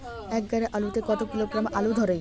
এক গাড়ি আলু তে কত কিলোগ্রাম আলু ধরে?